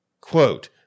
Quote